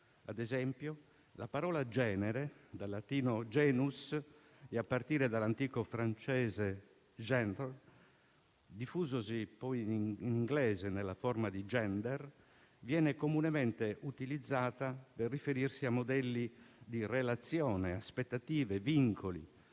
Ad esempio, la parola genere dal latino *genus* e a partire dall'antico francese *genre*, diffusosi poi in inglese nella forma di *gender*, viene comunemente utilizzata per riferirsi a modelli di relazione, aspettative, vincoli